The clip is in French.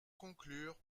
conclure